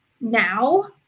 now